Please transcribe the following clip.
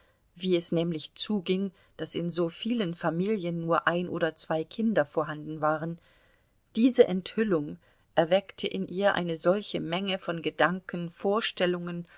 wie es nämlich zuging daß in so vielen familien nur ein oder zwei kinder vorhanden waren diese enthüllung erweckte in ihr eine solche menge von gedanken vorstellungen